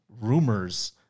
Rumors